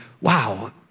wow